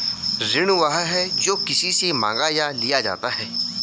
ऋण वह है, जो किसी से माँगा या लिया जाता है